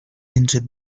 into